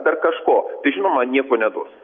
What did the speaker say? ar dar kažko tai žinoma nieko neduos